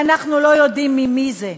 ואנחנו לא יודעים מי הם,